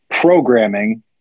programming